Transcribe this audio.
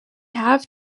have